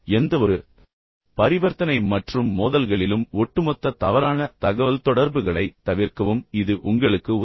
எந்தவொரு பரிவர்த்தனை மற்றும் மோதல்களிலும் ஒட்டுமொத்த தவறான தகவல்தொடர்புகளைத் தவிர்க்கவும் இது உங்களுக்கு உதவும்